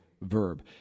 verb